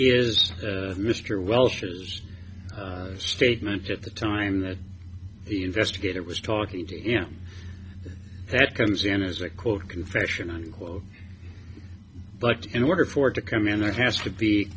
is mr welchers statement at the time that the investigator was talking to him that comes in as a quote confession unquote but in order for it to come in there has to be